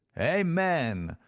amen!